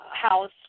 house